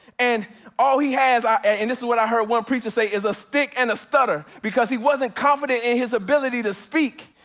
and all he has, and this is what i heard one preacher say, is a stick and a stutter, because he wasn't confident in his ability to speak.